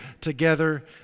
together